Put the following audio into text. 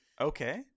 Okay